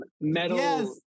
metal